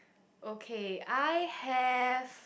okay I have